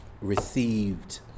received